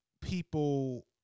people –